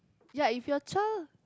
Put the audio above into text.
ya if your child